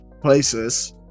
places